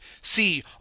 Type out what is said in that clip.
see